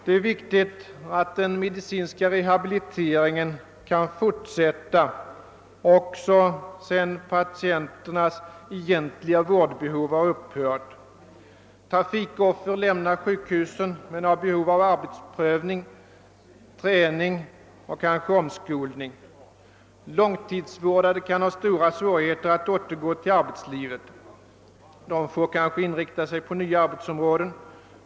Dei är viktigt att den medicinska rehabiliteringen kan fortsätta även sedan patienternas egentliga vårdbehov har upphört. Trafikoffer lämnar t.ex. sjukhuset men har alltjämt behov av träning, kanske även omskolning. Långtidsvårdade kan ha stora svårigheter att återgå till arbetslivet. De får kanske inrikta sig på nya arbetsområden.